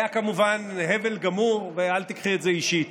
היה כמובן הבל גמור, ואל תיקחי את זה אישית.